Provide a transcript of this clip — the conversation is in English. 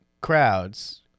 crowds